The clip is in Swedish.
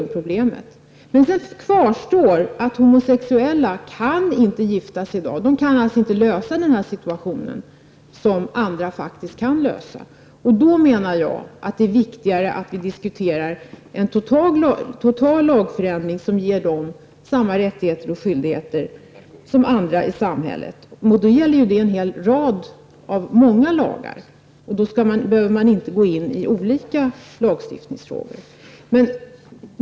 Dessutom kvarstår att homosexuella inte kan gifta sig i dag. De kan alltså inte lösa den här situationen så som andra faktiskt kan göra. Därför menar jag att det är viktigare att vi diskuterar en total lagändring, som ger dem samma rättigheter och skyldigheter som andra i samhället. Det gäller ju då en hel rad lagar och då behöver man inte gå in i olika lagstiftningsfrågor.